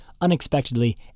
unexpectedly